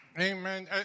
Amen